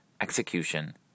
execution